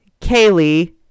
Kaylee